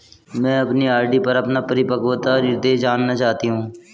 मैं अपनी आर.डी पर अपना परिपक्वता निर्देश जानना चाहती हूँ